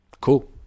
Cool